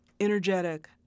energetic